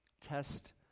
Test